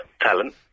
talent